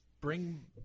Bring